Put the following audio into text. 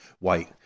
Wait